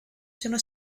sono